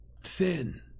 thin